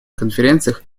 конференциях